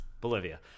Bolivia